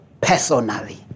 personally